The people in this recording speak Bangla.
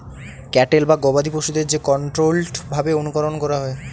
ক্যাটেল বা গবাদি পশুদের যে কন্ট্রোল্ড ভাবে অনুকরন করা হয়